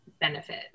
benefit